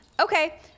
Okay